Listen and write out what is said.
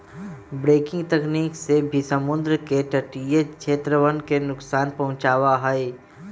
breaking तकनीक से भी समुद्र के तटीय क्षेत्रवन के नुकसान पहुंचावा हई